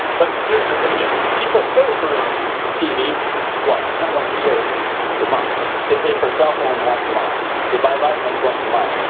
but here's the thing is people pay for tv what not once a year, but once a month they paid for cellphone once a month they buy vitamins once a month.